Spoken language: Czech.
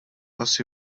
asi